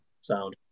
Sound